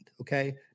okay